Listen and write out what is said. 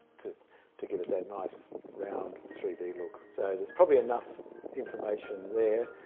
to to give it that nice round three-d look. so there's probably enough information there.